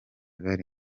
bari